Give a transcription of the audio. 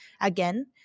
again